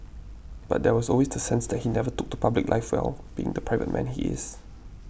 but there was always the sense that he never took to public life well being the private man he is